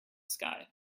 sky